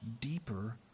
deeper